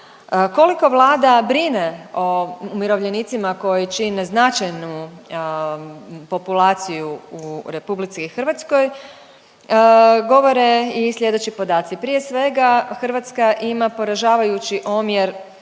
Koliko Vlada brine o umirovljenicima koji čine značajnu populaciju u RH, govore i slijedeći podaci. Prije svega Hrvatska ima poražavajući omjer